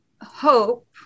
hope